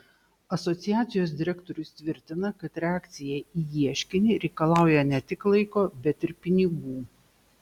asociacijos direktorius tvirtina kad reakcija į ieškinį reikalauja ne tik laiko bet ir pinigų